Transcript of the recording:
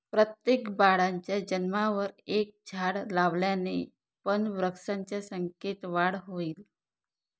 प्रत्येक बाळाच्या जन्मावर एक झाड लावल्याने पण वृक्षांच्या संख्येत वाढ होईल